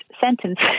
sentence